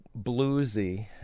bluesy